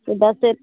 तो दस से